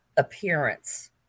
appearance